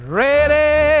ready